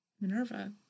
Minerva